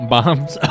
Bombs